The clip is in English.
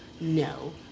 No